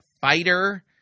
fighter